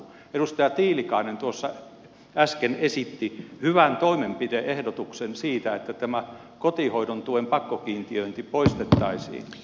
edustaja tiilikainen tuossa äsken esitti hyvän toimenpide ehdotuksen siitä että tämä kotihoidon tuen pakkokiintiöinti poistettaisiin